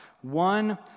One